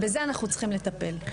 בזה אנחנו צריכים לטפל.